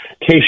case